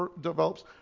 develops